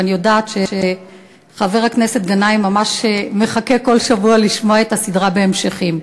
ואני יודעת שחבר הכנסת גנאים ממש מחכה כל שבוע לשמוע את הסדרה בהמשכים.